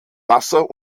wasser